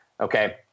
Okay